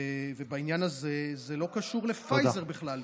בעניין הזה זה לא קשור לפייזר בכלל.